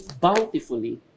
bountifully